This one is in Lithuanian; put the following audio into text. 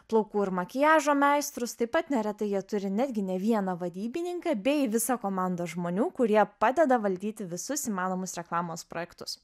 plaukų ir makiažo meistrus taip pat neretai jie turi netgi ne vieną vadybininką bei visą komandą žmonių kurie padeda valdyti visus įmanomus reklamos projektus